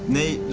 the